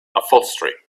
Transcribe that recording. upholstery